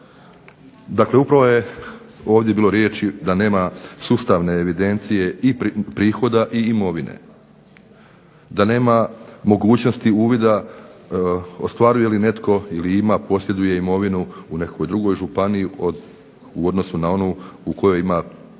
Dakle upravo je ovdje bilo riječi da nema sustavne evidencije i prihoda i imovine, da nema mogućnosti uvida ostvaruje li netko, ili ima, posjeduje imovinu u nekakvoj drugoj županiji u odnosu na onu u kojoj ima prijavljeno